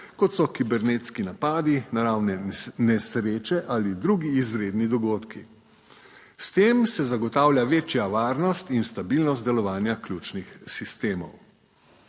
kot so kibernetski napadi, naravne nesreče ali drugi izredni dogodki. S tem se zagotavlja večja varnost in stabilnost delovanja ključnih sistemov